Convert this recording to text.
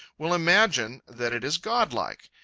will imagine that it is godlike.